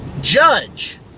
judge